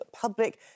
Public